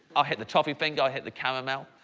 i'll hit the toffee finger, hit the caramel.